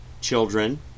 Children